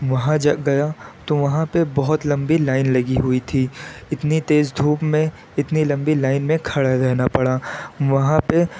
وہاں جو گیا تو وہاں پہ بہت لمبی لائن لگی ہوئی تھی اتنی تیز دھوپ میں اتنی لمبی لائن میں کھڑا رہنا پڑا وہاں پہ